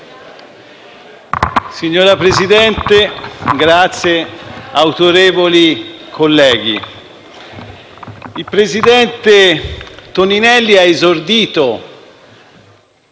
Signor Presidente, autorevoli colleghi, il presidente Toninelli ha esordito